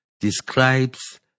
describes